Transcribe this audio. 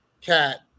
Cat